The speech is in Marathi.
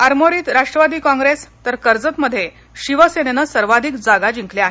आरमोरीत राष्ट्रवादी कॉप्रेस तर कर्जत मध्ये शिवसेनेनं सर्वाधिक जागा जिंकल्या आहेत